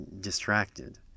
distracted